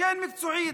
כן מקצועית.